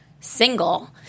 single